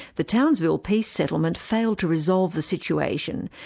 the townsville peace settlement failed to resolve the situation,